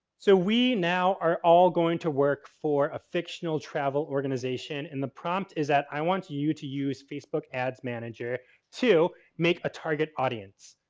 so, we now are all going to work for a fictional travel organization. and the prompt is that i want you to use facebook ads manager to make a target audience.